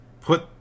put